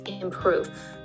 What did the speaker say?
improve